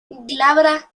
glabra